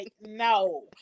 no